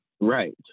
Right